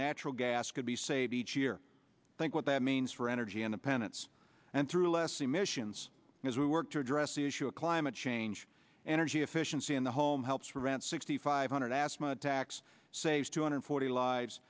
natural gas could be saved each year i think what that means for energy independence and through less emissions as we work to address the issue of climate change and energy efficiency in the home helps rant sixty five hundred assman tax saves two hundred forty lives